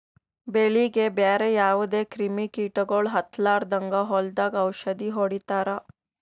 ಬೆಳೀಗಿ ಬ್ಯಾರೆ ಯಾವದೇ ಕ್ರಿಮಿ ಕೀಟಗೊಳ್ ಹತ್ತಲಾರದಂಗ್ ಹೊಲದಾಗ್ ಔಷದ್ ಹೊಡಿತಾರ